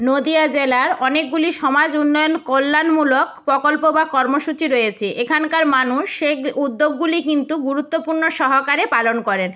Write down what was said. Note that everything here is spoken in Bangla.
নদিয়া জেলার অনেকগুলি সমাজ উন্নয়ন কল্যাণমূলক প্রকল্প বা কর্মসূচি রয়েছে এখানকার মানুষ সেই উদ্যোগগুলি কিন্তু গুরুত্বপূর্ণ সহকারে পালন করেন